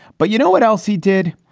but you know what else he did?